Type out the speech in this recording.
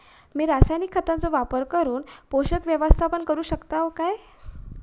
मी रासायनिक खतांचो वापर करून पोषक व्यवस्थापन करू शकताव काय?